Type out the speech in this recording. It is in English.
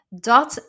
Dat